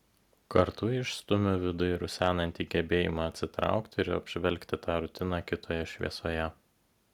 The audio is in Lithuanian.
kartu išstumiu viduj rusenantį gebėjimą atsitraukti ir apžvelgti tą rutiną kitoje šviesoje